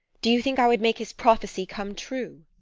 do you think i would make his prophecy come true?